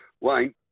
Wayne